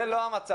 זה לא המצב,